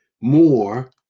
more